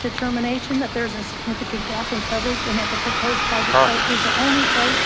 determination that there's a significant gap in coverage. and that the proposed project site is the only site